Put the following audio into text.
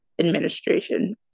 administration